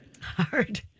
Hard